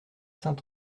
saint